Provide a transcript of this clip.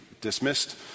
dismissed